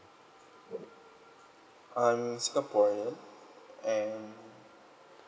I'm singaporean and